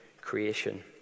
creation